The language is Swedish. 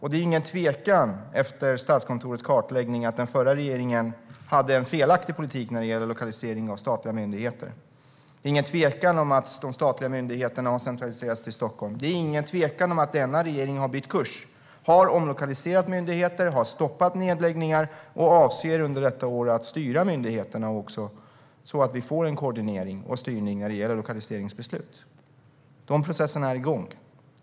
Efter Statskontorets kartläggning finns det inget tvivel om att den förra regeringen hade en felaktig politik när det gällde lokalisering av statliga myndigheter. Det finns inget tvivel om att de statliga myndigheterna har centraliserats till Stockholm. Det finns inget tvivel om att denna regering har bytt kurs, har omlokaliserat myndigheter, har stoppat nedläggningar och under detta år avser att styra myndigheterna så att vi får koordinering och styrning när det gäller lokaliseringsbeslut. De processerna är igång.